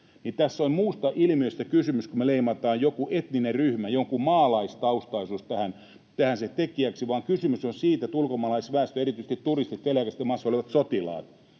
Tässä on muusta ilmiöstä kysymys, kun me leimataan joku etninen ryhmä, jonkunmaalaistaustaisuus, tähän tekijäksi: Kysymys on siitä, että ulkomaalaisväestö, erityisesti turistit ja väliaikaisesti maassa olevat sotilaat,